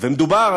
ומדובר,